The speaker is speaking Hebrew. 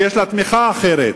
שיש לה תמיכה אחרת,